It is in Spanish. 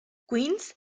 queens